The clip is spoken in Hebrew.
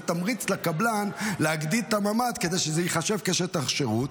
זה תמריץ לקבלן להגדיל את הממ"ד כדי שזה ייחשב כשטח שירות,